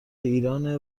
ایرانه